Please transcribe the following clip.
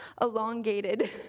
elongated